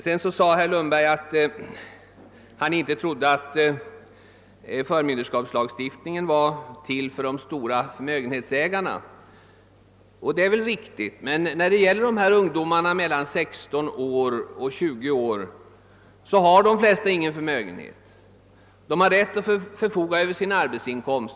Vidare sade herr Lundberg, att han inte trodde att förmynderskapslagstiftningen var till för de stora förmögenhetsägarna, och det är väl riktigt. Men de flesta av dessa ungdomar mellan 16 och 20 år har ingen förmögenhet. De har rätt att förfoga över sin arbetsinkomst.